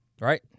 right